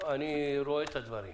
אני רואה את הדברים.